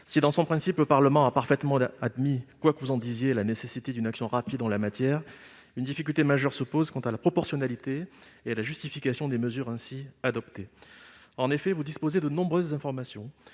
Si, dans son principe, le Parlement a parfaitement admis, quoi que vous en disiez, la nécessité d'une action rapide en la matière, une difficulté majeure se pose quant à la proportionnalité et à la justification des mesures ainsi adoptées. En effet, vous disposez de nombreuses informations